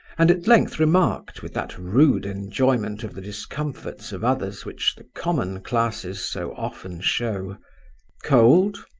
and at length remarked, with that rude enjoyment of the discomforts of others which the common classes so often show cold?